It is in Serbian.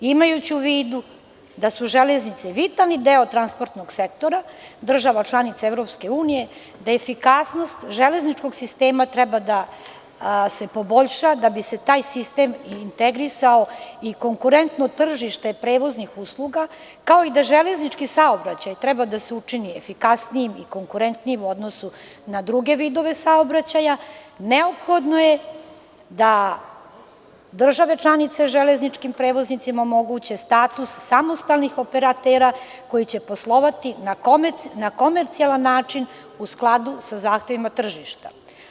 Imajući u vidu da su železnice vitalni deo transportnog sektora država članica EU, da efikasnost železničkog sistema treba da se poboljša da bi se taj sistem integrisao u konkurentno tržište prevoznih usluga, kao i da železnički saobraćaj treba da se učini efikasnijim i konkurentnijim u odnosu na druge vidove saobraćaja, neophodno je da države članice železničkim prevoznicima omoguće status samostalnih operatera koji će poslovati na komercijalan način u skladu sa zahtevima tržišta.